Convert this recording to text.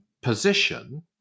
position